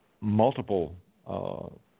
multiple